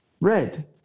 Red